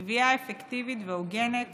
גבייה אפקטיבית והוגנת